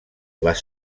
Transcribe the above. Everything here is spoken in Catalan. les